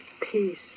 peace